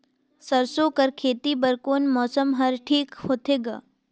सरसो कर खेती बर कोन मौसम हर ठीक होथे ग?